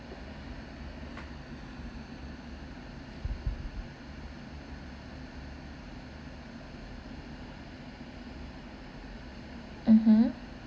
mmhmm